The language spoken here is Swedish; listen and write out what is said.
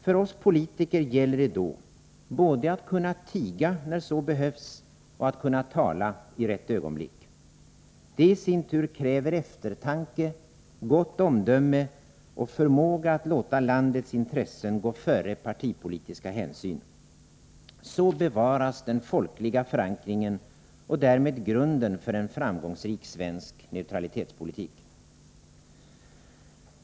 För oss politiker gäller det då både att kunna tiga när så behövs och att kunna tala i rätt ögonblick. Detta kräver i sin tur eftertanke, gott omdöme och förmåga att låta landets intressen gå före partipolitiska hänsyn. Så bevaras den folkliga förankringen och därmed grunden för en framgångsrik svensk neutralitetspolitik.